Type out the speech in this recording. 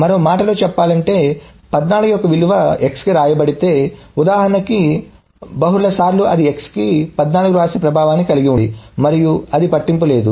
మరో మాటలో చెప్పాలంటే 14 యొక్క విలువ x కి వ్రాయబడితే ఉదాహరణ కి బహుళ సార్లు అది x కి 14 నువ్రాసే ప్రభావాన్ని కలిగి ఉంటుంది మరియు అది పట్టింపు లేదు